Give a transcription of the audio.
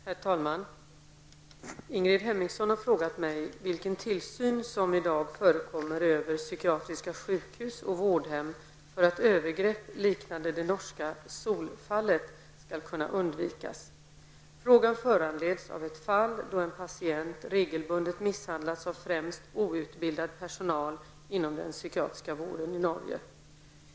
Herr talman! Ingrid Hemmingsson har frågat mig vilken tillsyn som i dag förekommer över psykiatriska sjukhus och vårdhem för att övergrepp liknande det norska Sol-fallet skall kunna undvikas. Frågan föranleds av ett fall, då en patient regelbundet misshandlats av främst outbildad personal inom den psykiatriska vården i Norge.